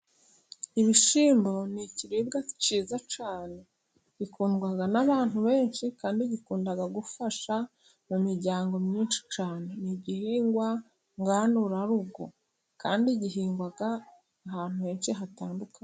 Ibishyimbo ni ikiribwa cyiza cyane, gikundwa n'abantu benshi kandi gikunda gufasha mu miryango myinshi cyane, igihingwa ngandura rugo kandi gihingwa ahantu henshi hatandukanye.